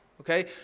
okay